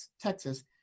Texas